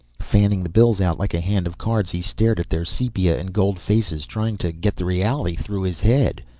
fanning the bills out like a hand of cards he stared at their sepia and gold faces, trying to get the reality through his head.